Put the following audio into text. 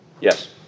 Yes